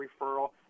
referral